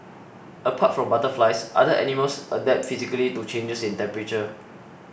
apart from butterflies other animals adapt physically to changes in temperature